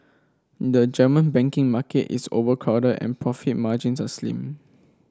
the German banking market is overcrowded and profit margins are slim